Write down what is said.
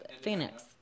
Phoenix